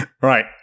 Right